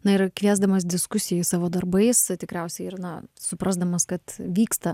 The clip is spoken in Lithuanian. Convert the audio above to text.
na ir kviesdamas diskusijai savo darbais tikriausiai ir na suprasdamas kad vyksta